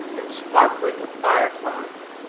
and sparkling with fire-flies,